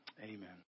Amen